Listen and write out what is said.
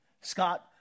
Scott